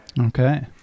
Okay